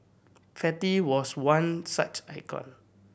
fatty was one such icon